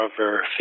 over